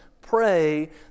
pray